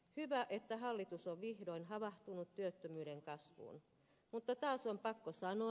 hyvä että hallitus on vihdoin havahtunut työttömyyden kasvuun mutta taas on pakko sanoa